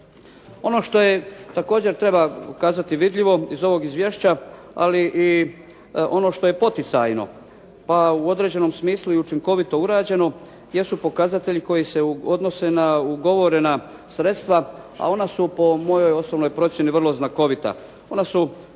Ono što je također, treba kazati, vidljivo iz ovog izvješća, ali i ono što je poticajno pa u određenom smislu i učinkovito urađeno jesu pokazatelji koji se odnose na ugovorena sredstva, a ona su po moj osobnoj procjeni vrlo znakovita. Ona su